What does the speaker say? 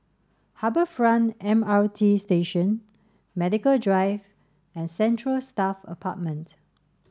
Harbour Front M R T Station Medical Drive and Central Staff Apartment